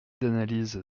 d’analyse